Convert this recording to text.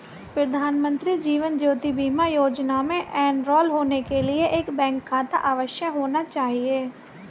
प्रधानमंत्री जीवन ज्योति बीमा योजना में एनरोल होने के लिए एक बैंक खाता अवश्य होना चाहिए